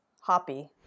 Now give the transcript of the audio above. hoppy